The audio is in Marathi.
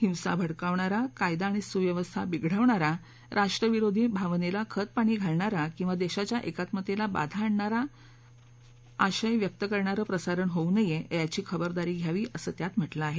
हिंसा भडकावणारा कायदा आणि सुव्यवस्था बिघडवणारा राष्ट्रविरोधी भावनेला खतपणी घालणारा किंवा देशाच्या एकात्मतेला बाधा आणणारा आशय व्यक्त करणारं प्रसारण होऊ नये याची खबरदारी घ्यावी असं त्यात म्हटलं आहे